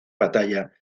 batalla